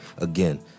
Again